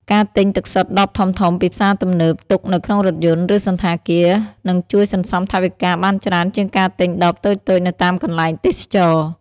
ការទិញទឹកសុទ្ធដបធំៗពីផ្សារទំនើបទុកនៅក្នុងរថយន្ត ឬសណ្ឋាគារ នឹងជួយសន្សំថវិកាបានច្រើនជាងការទិញដបតូចៗនៅតាមកន្លែងទេសចរណ៍។